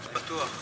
אני בטוח.